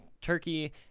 Turkey